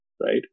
Right